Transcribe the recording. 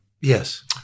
Yes